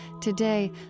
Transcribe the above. Today